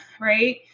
right